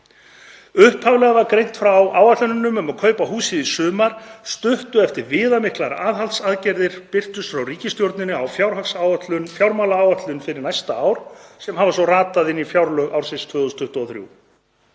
Upphaflega var greint frá áætlunum um að kaupa húsið í sumar, stuttu eftir að viðamiklar aðhaldsaðgerðir birtust frá ríkisstjórninni á fjármálaáætlun fyrir næsta ár sem hafa svo ratað inn í fjárlög ársins 2023.